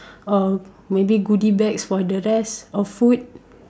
or maybe goodie bags for the rest or food